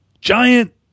giant